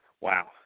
wow